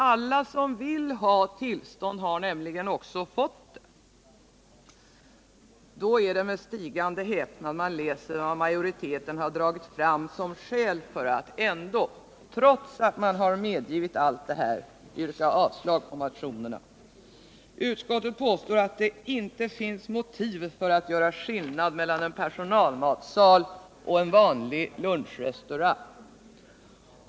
Alla som vill ha tillstånd har nämligen också fått det! Då är det med stigande häpnad man läser vad majoriteten dragit fram som skäl för att ändå — trots att man har medgivit allt det här — yrka avslag på motionerna. Utskottet påstår att det inte finns motiv för att göra skillnad mellan en personalmatsal och en vanlig lunchrestaurang!